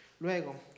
Luego